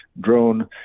drone